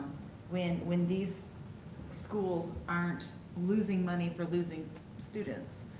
when when these schools aren't losing money for losing students.